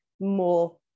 more